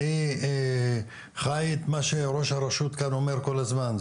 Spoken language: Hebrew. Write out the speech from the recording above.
אני חי את מה שראש הרשות כאן אומר כל הזמן.